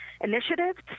initiatives